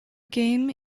game